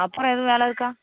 அப்புறம் எதுவும் வேலை இருக்கா